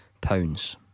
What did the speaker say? pounds